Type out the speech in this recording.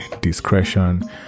discretion